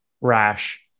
rash